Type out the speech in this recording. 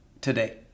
today